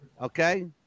okay